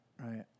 right